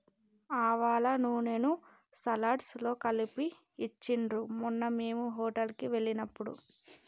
ఆవాల నూనెను సలాడ్స్ లో కలిపి ఇచ్చిండ్రు మొన్న మేము హోటల్ కి వెళ్ళినప్పుడు